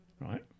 Right